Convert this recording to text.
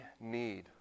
need